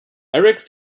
eric